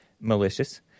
malicious